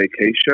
vacation